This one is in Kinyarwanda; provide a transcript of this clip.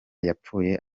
yapfuye